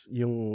yung